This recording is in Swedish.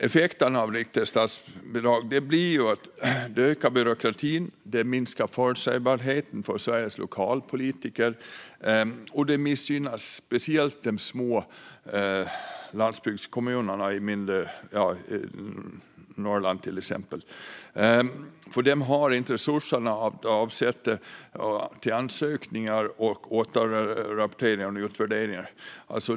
Effekterna av riktade statsbidrag blir ökad byråkrati och minskad förutsägbarhet för Sveriges lokalpolitiker. Det missgynnar speciellt de små landsbygdskommunerna, till exempel i Norrland. De har inte resurser att avsätta till ansökningar, återrapporteringar och utvärderingar.